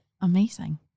amazing